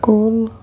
کول